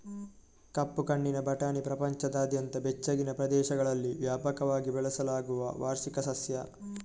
ಕಪ್ಪು ಕಣ್ಣಿನ ಬಟಾಣಿ ಪ್ರಪಂಚದಾದ್ಯಂತ ಬೆಚ್ಚಗಿನ ಪ್ರದೇಶಗಳಲ್ಲಿ ವ್ಯಾಪಕವಾಗಿ ಬೆಳೆಸಲಾಗುವ ವಾರ್ಷಿಕ ಸಸ್ಯ